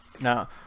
now